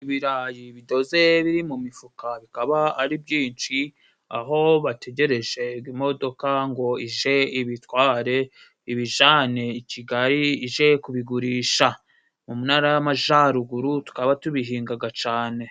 Ibirayi bidoze biri mu mifuka bikaba ari byinshi, aho bategereje imodoka ngo ije ibitware ibijane i Kigali ije kubigurisha. Mu ntara y'amajaruguru tukaba tubihingaga cane.